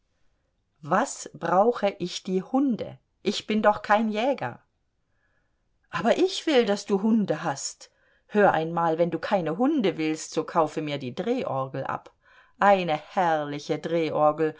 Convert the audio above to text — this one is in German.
was brauche ich die hunde ich bin doch kein jäger aber ich will daß du hunde hast hör einmal wenn du keine hunde willst so kaufe mir die drehorgel ab eine herrliche drehorgel